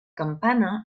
campana